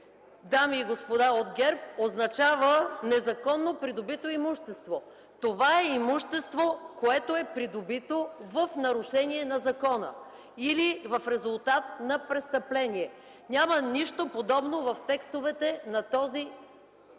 дами и господа от ГЕРБ, какво означава незаконно придобито имущество? Това е имущество, придобито в нарушение на закона или в резултат на престъпление. Няма нищо подобно в текстовете на този